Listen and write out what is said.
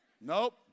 Nope